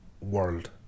world